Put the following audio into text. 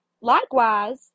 Likewise